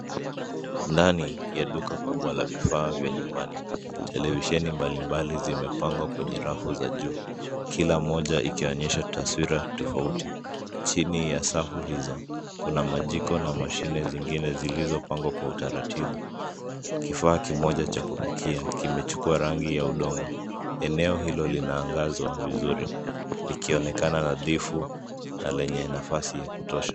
Ndani ya duka kubwa la vifaa vya nyumbani. Televisheni mbalimbali zimepangwa kwenye rafu za juu, kila mmoja ikionyesha taswira tofauti. Chini ya safu hizo, kuna majiko na mashine zingine zilizopangwa kwa utaratibu. Kifaa kimoja cha kupikia kimechukua rangi ya udongo. Eneo hilo linaangazwa vizuri, likionekana nadhifu na lenye nafasi ya kutosha.